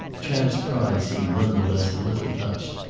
chad's pride seemed none the less a little touched.